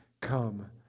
come